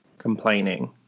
Complaining